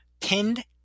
pinned